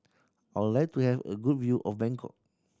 I like to have a good view of Bangkok